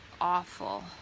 awful